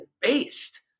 based